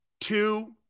two